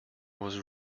was